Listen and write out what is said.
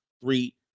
three